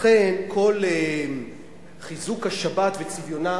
לכן, כל חיזוק השבת וצביונה,